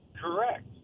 Correct